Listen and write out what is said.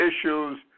issues